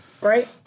Right